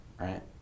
Right